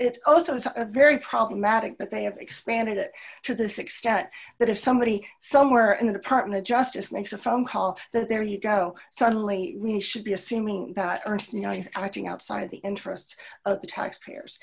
it also is a very problematic but they have expanded it to this extent that if somebody somewhere in the department of justice makes a phone call that there you go suddenly we should be assuming that aren't you know he's acting outside of the interest of the taxpayers